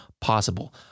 possible